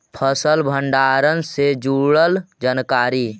फसल भंडारन से जुड़ल जानकारी?